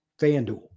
FanDuel